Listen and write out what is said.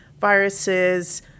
viruses